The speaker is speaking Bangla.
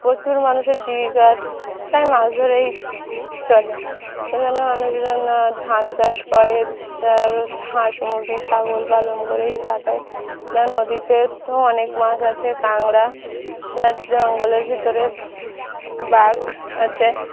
প্রচুর মানুষের জীবিকা প্রায় মাছ ধরেই চলে এখানে মানুষজন ধান চাষ করে আর হাঁস মুরগি ছাগল পালন করেই কাটায় না নদীতে অনেক মাছ আছে কাঁকড়া তার জঙ্গলের ভিতরে বাঘ আছে